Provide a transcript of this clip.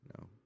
No